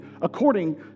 according